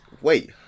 Wait